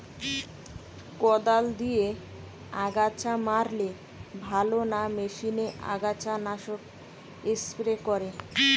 কদাল দিয়ে আগাছা মারলে ভালো না মেশিনে আগাছা নাশক স্প্রে করে?